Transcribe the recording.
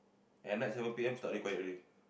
at night seven P_M start be quiet already